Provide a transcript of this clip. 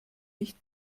nicht